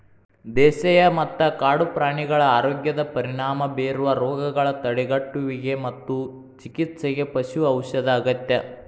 ದೇಶೇಯ ಮತ್ತ ಕಾಡು ಪ್ರಾಣಿಗಳ ಆರೋಗ್ಯದ ಪರಿಣಾಮ ಬೇರುವ ರೋಗಗಳ ತಡೆಗಟ್ಟುವಿಗೆ ಮತ್ತು ಚಿಕಿತ್ಸೆಗೆ ಪಶು ಔಷಧ ಅಗತ್ಯ